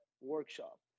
Workshop